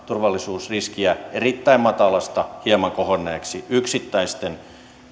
turvallisuusriskiä erittäin matalasta hieman kohonneeksi yksittäisten